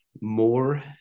more